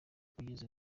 kugeza